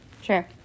Sure